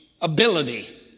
ability